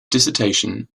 dissertation